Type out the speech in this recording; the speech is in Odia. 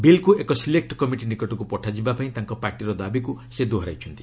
ବିଲ୍କୁ ଏକ ସିଲେକ୍ଟ କମିଟି ନିକଟକୁ ପଠାଯିବା ପାଇଁ ତାଙ୍କ ପାର୍ଟିର ଦାବିକୁ ସେ ଦୋହରାଇଛନ୍ତି